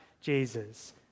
Jesus